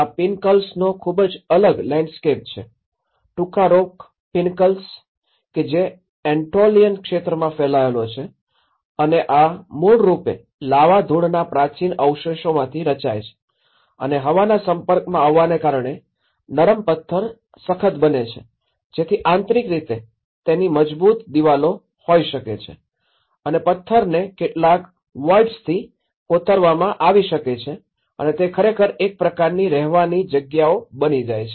આ પિનકલ્સનો ખૂબ જ અલગ લેન્ડસ્કેપ્સ છે ટુફા રોક પિનકલ્સ કે જે એંટોલીયન ક્ષેત્રમાં ફેલાયલો છે અને આ મૂળરૂપે લાવા ધૂળના પ્રાચીન અવશેષોમાંથી રચાય છે અને હવાના સંપર્કમાં આવવાના કારણે આ નરમ પથ્થર સખત બને છે જેથી આંતરિક રીતે તેની મજબૂત દિવાલો હોઈ શકે છે અને પત્થરને કેટલાક વોઇડસથી કોતરવામાં આવી શકે છે અને તે ખરેખર એક પ્રકારની રહેવાની જગ્યાઓ બની જાય છે